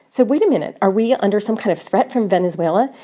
said, wait a minute, are we under some kind of threat from venezuela?